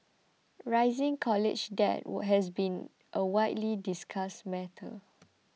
rising college debt has been a widely discussed matter